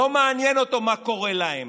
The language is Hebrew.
לא מעניין אותו מה קורה להם.